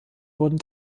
wurden